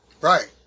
Right